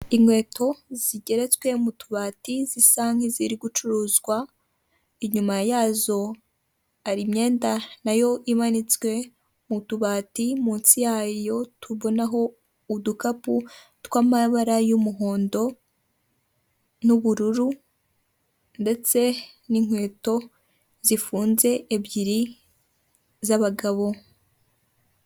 Inkweto zigeretswe mu tubati zisa nk'iziri gucuruzwa, inyuma yazo hari imyenda nayo imanitswe mu tubati munsi yayo, tubonaho udukapu tw'amabara y'umuhondo n'ubururu ndetse n'inkweto zifunze ebyiri z'abagabo.